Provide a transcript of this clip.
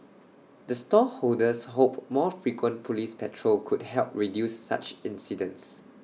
the stall holders hope more frequent Police patrol could help reduce such incidents